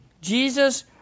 Jesus